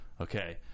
Okay